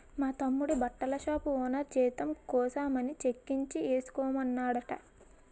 మా తమ్ముడి బట్టల షాపు ఓనరు జీతం కోసమని చెక్కిచ్చి ఏసుకోమన్నాడట